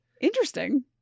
Interesting